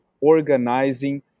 organizing